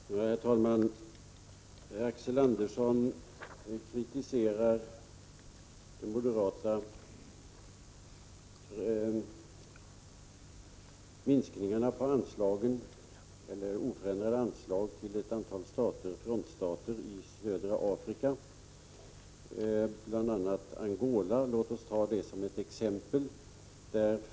Prot. 1985/86:117 Herr talman! Axel Andersson kritiserar moderaternas förslag till minska 16 april 1986 de eller oförändrade anslag till ett antal frontstater i södra Afrika. Det gäller a Internationellt bl.a. Angola, som jag kan ta som ett exempel.